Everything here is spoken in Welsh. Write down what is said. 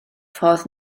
ffordd